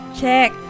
check